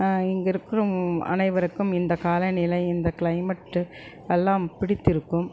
இங்கே இருக்கும் அனைவருக்கும் இந்த கால நிலை இந்த கிளைமேட்டு எல்லாம் பிடித்து இருக்கும்